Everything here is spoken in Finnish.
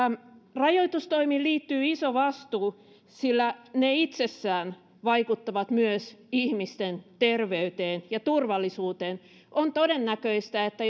rajoitustoimiin liittyy iso vastuu sillä ne itsessään vaikuttavat myös ihmisten terveyteen ja turvallisuuteen on todennäköistä että